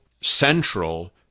central